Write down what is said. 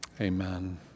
Amen